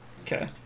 Okay